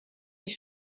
sich